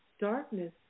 darkness